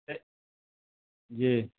आ जी